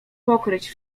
pokryć